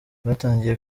batangiye